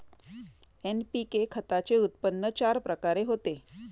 NPK खताचे उत्पन्न चार प्रकारे होते